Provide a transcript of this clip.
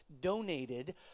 donated